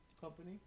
company